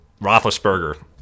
roethlisberger